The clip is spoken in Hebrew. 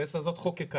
הכנסת הזאת חוקקה,